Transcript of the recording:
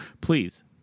please